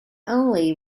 only